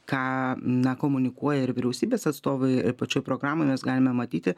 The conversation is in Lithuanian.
ką na komunikuoja ir vyriausybės atstovai ir pačioj programoj mes galime matyti